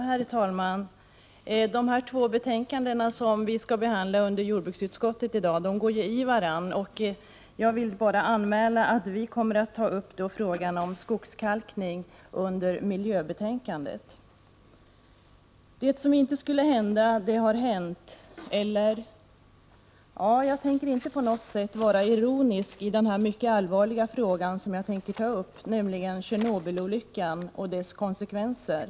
Herr talman! De två betänkanden från jordbruksutskottet som vi i dag skall behandla överlappar varandra. Jag vill anmäla att vi kommer att ta upp frågan om skogskalkning under överläggningen om miljöbetänkandet. Det som inte skulle kunna hända har hänt... Jag tänker inte på något sätt vara ironisk i den mycket allvarliga fråga som jag tänker ta upp, nämligen Tjernobylolyckan och dess konsekvenser.